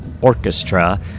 orchestra